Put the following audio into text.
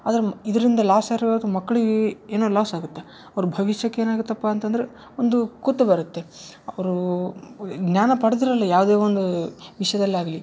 ಆದ್ರೆ ಇದರಿಂದ ಲಾಸ್ ಮಕ್ಳಿಗೆ ಏನು ಲಾಸ್ ಆಗತ್ತೆ ಅವ್ರ ಭವಿಷ್ಯಕ್ಕೆ ಏನಾಗತಪ್ಪಾ ಅಂತಂದ್ರೆ ಒಂದು ಕುತ್ತು ಬರತ್ತೆ ಅವರು ಜ್ಞಾನ ಪಡ್ದ್ರಲ ಯಾವುದೇ ಒಂದು ವಿಷ್ಯದಲ್ಲಾಗಲಿ